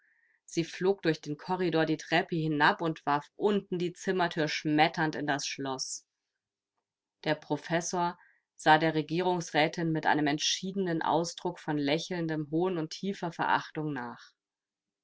sie flog durch den korridor die treppe hinab und warf unten die zimmerthür schmetternd in das schloß der professor sah der regierungsrätin mit einem entschiedenen ausdruck von lächelndem hohn und tiefer verachtung nach